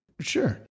Sure